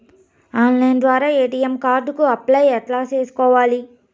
Online ద్వారా ATM card కు apply ఎట్లా సేసుకోవాలి?